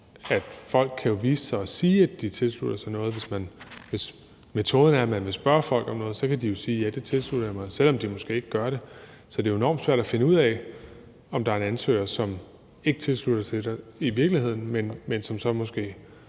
at folk jo kan vise sig at sige, at de tilslutter sig noget. Hvis metoden er, at man vil spørge folk om noget, kan de jo sige ja til, at det tilslutter de sig, selv om de måske ikke gør det. Så det er jo enormt svært at finde ud af, om der er en ansøger, som ikke tilslutter sig det i virkeligheden, men som måske,